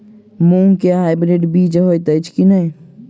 मूँग केँ हाइब्रिड बीज हएत अछि की नै?